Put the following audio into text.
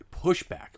pushback